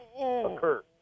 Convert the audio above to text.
occur